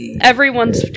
everyone's